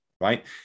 right